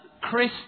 Chris